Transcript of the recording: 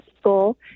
school